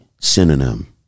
synonym